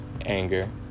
anger